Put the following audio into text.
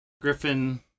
Griffin